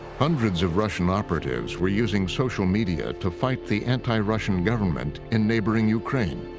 hundreds of russian operatives were using social media to fight the anti-russian government in neighboring ukraine.